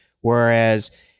Whereas